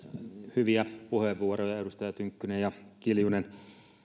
hyviä puheenvuoroja edustaja tynkkynen ja kiljunen